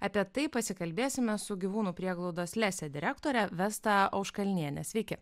apie tai pasikalbėsime su gyvūnų prieglaudos lesė direktorė vesta auškalnienė sveiki